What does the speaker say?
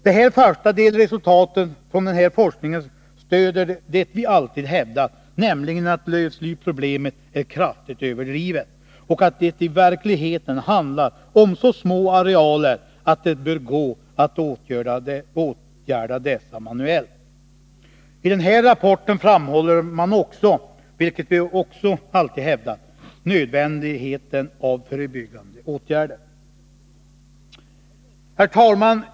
De första delresultaten från den här forskningen stöder det vi alltid hävdat, nämligen att lövslyproblemet är kraftigt överdrivet och att det i verkligheten handlar om så små arealer att det bör gå att åtgärda dessa manuellt. I rapporten framhåller man också, vilket vi alltid hävdat, nödvändigheten av förebyggande åtgärder. Herr talman!